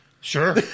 Sure